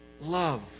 love